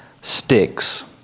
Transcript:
sticks